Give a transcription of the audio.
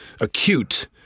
acute